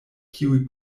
kiuj